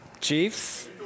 chiefs